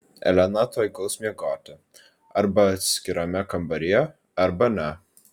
elena tuoj guls miegoti arba atskirame kambaryje arba ne